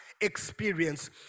experience